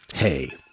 Hey